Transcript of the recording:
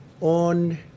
On